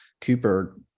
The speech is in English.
Cooper